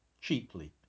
Cheaply